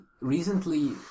recently